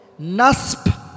Nasb